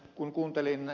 kun kuuntelin ed